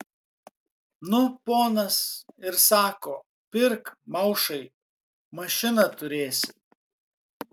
nu ponas ir sako pirk maušai mašiną turėsi